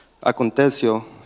Aconteció